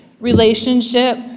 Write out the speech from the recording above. relationship